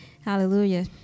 Hallelujah